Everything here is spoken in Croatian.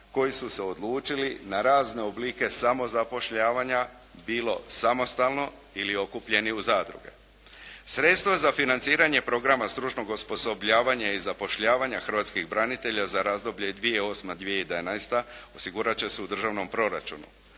koji su se odlučili na razne oblike samozapošljavanja bilo samostalno ili okupljeni u zadruge. Sredstva za financiranje programa stručnog osposobljavanja i zapošljavanja hrvatskih branitelja za razdoblje 2008.-2011. osigurat će se u državnom proračunu.